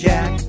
Jack